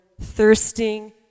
thirsting